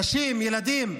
נשים, ילדים,